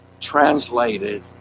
Translated